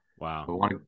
Wow